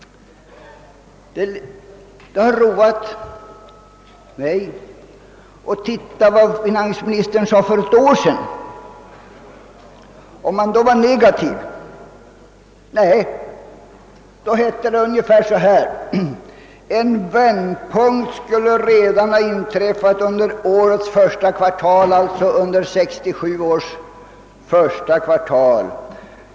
Det har roat mig att se efter vad finansministern sade för ett år sedan; om han då var negativ. Nej, då hette det ungefär så att en vändpunkt skulle ha inträtt redan under årets första kvartal, alltså under 1967 års första kvartal.